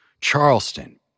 Charleston